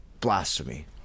blasphemy